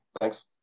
thanks